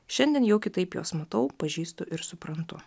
šiandien jau kitaip juos matau pažįstu ir suprantu